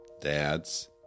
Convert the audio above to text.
dads